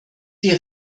die